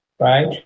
right